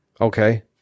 Okay